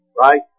Right